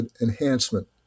enhancement